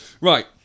Right